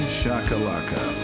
shakalaka